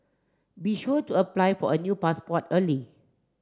be sure to apply for a new passport early